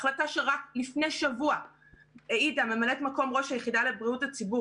החלטה שרק לפני שבוע העידה ממלאת מקום ראש היחידה לבריאות הציבור,